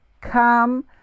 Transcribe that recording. Come